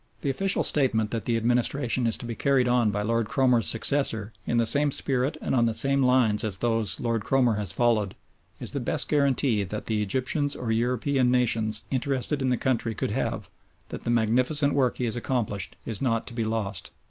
the official statement that the administration is to be carried on by lord cromer's successor in the same spirit and on the same lines as those lord cromer has followed is the best guarantee that the egyptians or european nations interested in the country could have that the magnificent work he has accomplished is not to be lost.